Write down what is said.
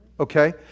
Okay